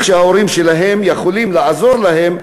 אם ההורים יכולים לעזור להם,